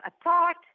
apart